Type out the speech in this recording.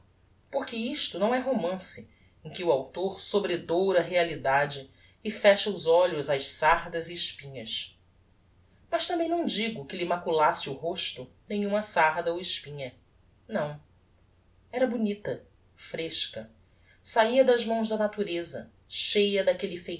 porque isto não é romance em que o autor sobredoura a realidade e fecha os olhos ás sardas e espinhas mas tambem não digo que lhe maculasse o rosto nenhuma sarda ou espinha não era bonita fresca sahia das mãos da natureza cheia daquelle